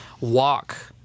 walk